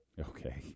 Okay